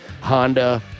Honda